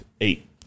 eight